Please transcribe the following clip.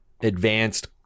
advanced